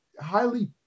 highly